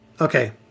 Okay